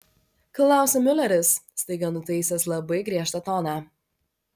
klausia miuleris staiga nutaisęs labai griežtą toną